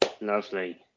Lovely